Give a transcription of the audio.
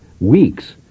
weeks